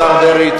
השר דרעי,